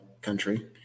country